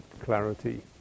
clarity